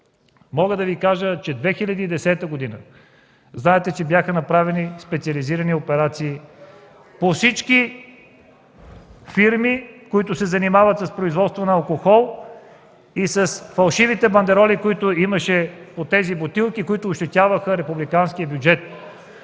Знаете, че през 2010 г. бяха направени специализирани операции по всички фирми, които се занимават с производство на алкохол и с фалшивите бандероли, които имаше по тези бутилки, които ощетяваха републиканския бюджет.